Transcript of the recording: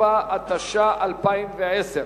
4), התש"ע 2010,